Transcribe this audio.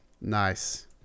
Nice